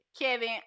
Kevin